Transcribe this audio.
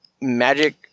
magic